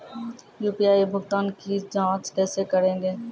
UPI भुगतान की जाँच कैसे करेंगे?